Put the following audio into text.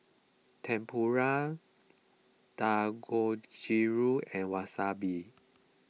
Tempura Dangojiru and Wasabi